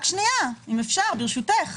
רק שנייה, אם אפשר, ברשותך.